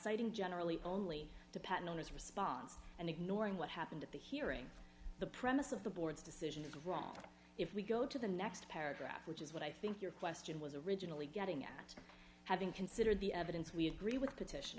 citing generally only the patent owners response and ignoring what happened at the hearing the premise of the board's decision is wrong if we go to the next paragraph which is what i think your question was originally getting at having considered the evidence we agree with petition